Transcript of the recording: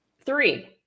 Three